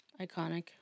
Iconic